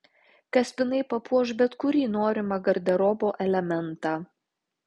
kaspinai papuoš bet kurį norimą garderobo elementą